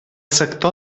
sector